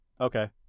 Okay